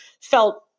felt